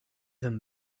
them